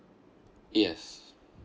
yes